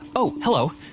oh, hello.